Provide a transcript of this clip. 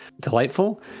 delightful